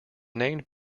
named